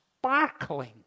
sparkling